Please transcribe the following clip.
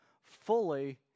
fully